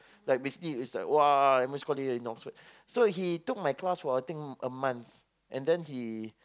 like basically is like !wah! I'm a scholar in Oxford so he took my class for I think a month and then he